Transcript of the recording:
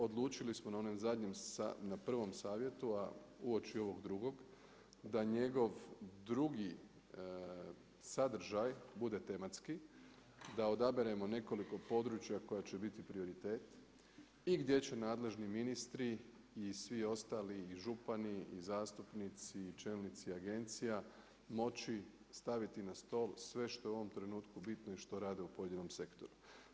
Odlučili smo na onom zadnjem, na prvom savjetu a uoči ovog drugog da njegov drugi sadržaj bude tematski, da odaberemo nekoliko područja koja će biti prioritet i gdje će nadležni ministri i svi ostali i župani i zastupnici i čelnici agencija moći staviti na stol sve što je u ovom trenutku bitno i što rade u pojedinom sektoru.